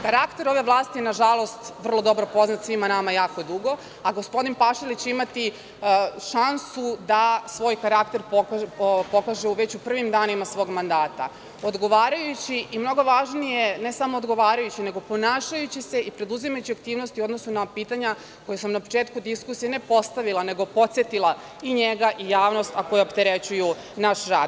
Karakter ove vlasti je, nažalost, vrlo dobro poznat svima nama jako dugo, a gospodin Pašalić će imati šansu da svoj karakter pokaže već u prvim danima svog mandata, odgovarajući, i mnogo važnije, ne samo odgovarajući, nego ponašajući se i preduzimajući aktivnosti u odnosu na pitanja koja sam na početku diskusije ne postavila nego podsetila, i njega i javnost, a koja opterećuju naš rad.